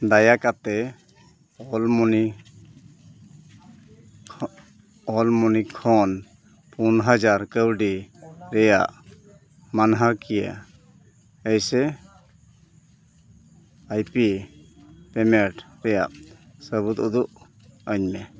ᱫᱟᱭᱟ ᱠᱟᱛᱮᱫ ᱚᱞ ᱢᱟᱹᱱᱤ ᱚᱞᱢᱚᱱᱤ ᱠᱷᱚᱱ ᱯᱩᱱ ᱦᱟᱡᱟᱨ ᱠᱟᱹᱣᱰᱤ ᱨᱮᱭᱟᱜ ᱢᱟᱹᱱᱦᱟᱹᱠᱤᱭᱟᱹ ᱮᱥᱮ ᱟᱭ ᱯᱤ ᱯᱮᱢᱮᱱᱴ ᱨᱮᱭᱟᱜ ᱥᱟᱹᱵᱩᱫᱽ ᱩᱫᱩᱜᱼᱟᱹᱧ ᱢᱮ